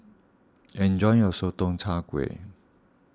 enjoy your Sotong Char Kway